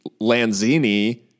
Lanzini